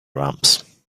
ramps